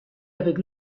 avec